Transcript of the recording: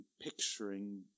picturing